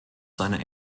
seiner